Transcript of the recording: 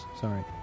Sorry